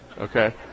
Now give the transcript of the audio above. Okay